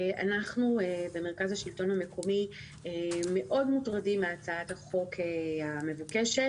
אנחנו במרכז השלטון המקומי מאוד מוטרדים מהצעת החוק המבוקשת